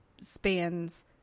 spans